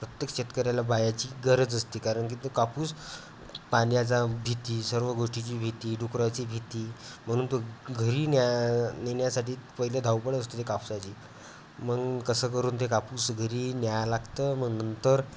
प्रत्येक शेतकऱ्याला बायाची गरज असते कारण की तो कापूस पाण्याचा भीती सर्व गोष्टीची भीती डुकराची भीती म्हणून तो घरी न्या नेण्यासाठी पहिले धावपळ असतो ते कापसाची मग कसं करून ते कापूस घरी न्या लागतं मग नंतर